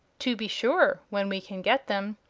to be sure, when we can get them.